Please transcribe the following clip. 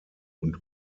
und